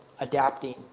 adapting